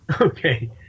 Okay